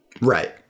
Right